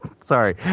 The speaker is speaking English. Sorry